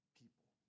people